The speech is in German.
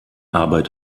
arbeit